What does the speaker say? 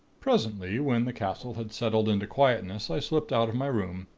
presently, when the castle had settled into quietness, i slipped out of my room,